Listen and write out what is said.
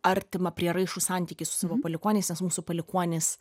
artimą prieraišų santykį su savo palikuoniais nes mūsų palikuonys